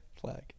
Flag